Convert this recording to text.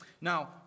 now